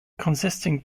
consisting